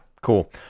cool